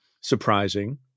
surprising